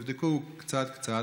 תבדקו קצת קצת,